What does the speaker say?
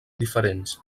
diferents